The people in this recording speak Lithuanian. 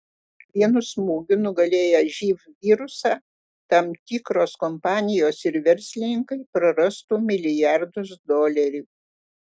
vienu smūgiu nugalėję živ virusą tam tikros kompanijos ir verslininkai prarastų milijardus dolerių